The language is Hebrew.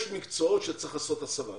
יש מקצועות שצריך לעשות הסבה.